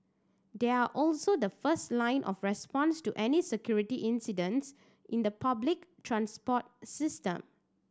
they are also the first line of response to any security incidents in the public transport system